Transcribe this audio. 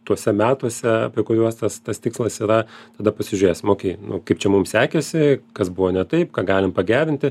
tuose metuose apie kuriuos tas tas tikslas yra tada pasižiurėsim okei nu kaip čia mum sekėsi kas buvo ne taip ką galim pagerinti